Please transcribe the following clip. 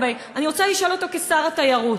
אני רוצה לשאול אותו כשר התיירות: